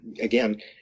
again